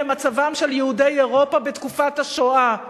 למצבם של יהודי אירופה בתקופת השואה.